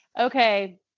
Okay